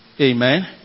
Amen